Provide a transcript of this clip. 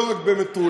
לא רק במטולה.